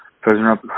President